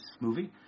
movie